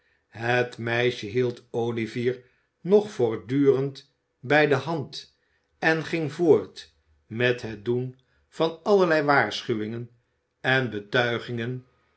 het meisje hield olivier nog voortdurend bij de hand en ging voort met het doen van allerlei waarschuwingen en betuigingen